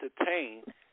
entertain